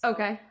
Okay